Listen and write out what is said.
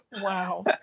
Wow